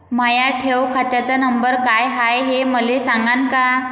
माया ठेव खात्याचा नंबर काय हाय हे मले सांगान का?